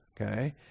okay